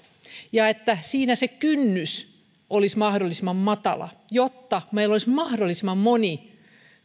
ja että siinä se kynnys olisi mahdollisimman matala jotta meillä olisi mahdollisimman moni